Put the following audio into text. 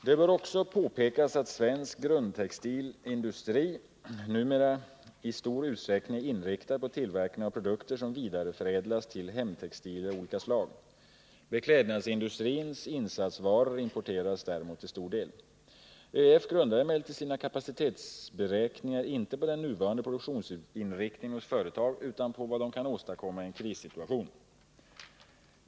Det bör också påpekas att svensk grundtextil industri numera i stor utsträckning är inriktad på tillverkning av produkter som vidareförädlas till hemtextilier av olika slag. Beklädnadsindustrins insatsvaror importeras däremot till stor del. ÖEF grundar emellertid sina kapacitetsberäkningar inte på den nuvarande produktionsinriktningen hos företag utan på vad de kan åstadkomma i en krissituation.